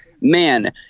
man –